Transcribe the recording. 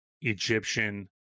Egyptian